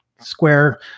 square